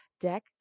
deck